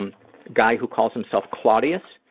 um guy who calls himself claudius.